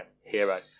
Hero